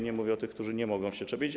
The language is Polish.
Nie mówię o tych, którzy nie mogą się szczepić.